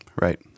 Right